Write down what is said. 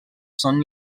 són